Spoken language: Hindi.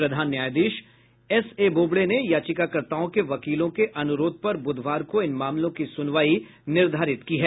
प्रधान न्यायाधीश एसए बोबड़े ने याचिकाकर्ताओं के वकीलों के अनुरोध पर बुधवार को इन मामलों की सुनवाई निर्धारित की है